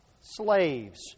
slaves